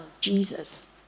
Jesus